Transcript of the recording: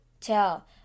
tell